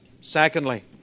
Secondly